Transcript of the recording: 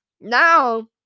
now